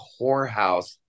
whorehouse